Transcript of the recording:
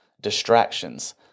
distractions